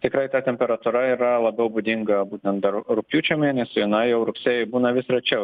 tikrai ta temperatūra yra labiau būdinga būtent dar rugpjūčio mėnesiui na jau rugsėjį būna vis rečiau